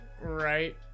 Right